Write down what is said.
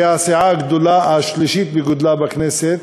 שהיא הסיעה השלישית בגודלה בכנסת,